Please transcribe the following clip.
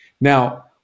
Now